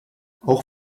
auch